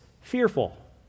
fearful